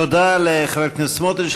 תודה לחבר הכנסת סמוטריץ.